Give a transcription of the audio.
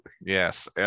Yes